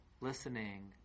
listening